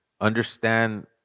understand